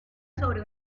sobre